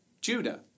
Judah